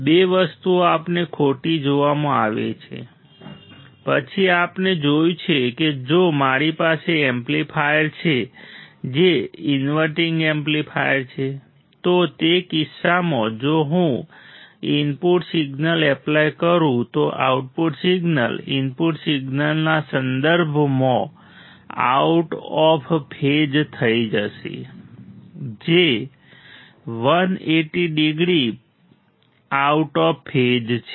બે વસ્તુઓ આપણે ખોટી જોવામાં આવે છે પછી આપણે જોયું છે કે જો મારી પાસે એમ્પ્લીફાયર છે જે ઇન્વર્ટિંગ એમ્પ્લીફાયર છે તો તે કિસ્સામાં જો હું ઇનપુટ સિગ્નલ એપ્લાય કરું તો આઉટપુટ સિગ્નલ ઈનપુટ સિગ્નલના સંદર્ભમાં આઉટ ઓફ ફેઝ થઈ જશે જે 180 ડિગ્રી આઉટ ઓફ ફેઝ છે